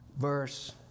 verse